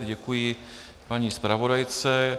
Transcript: Děkuji paní zpravodajce.